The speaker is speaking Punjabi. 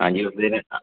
ਹਾਂਜੀ ਉਸ ਦਿਨ